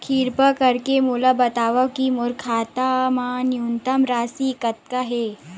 किरपा करके मोला बतावव कि मोर खाता मा न्यूनतम राशि कतना हे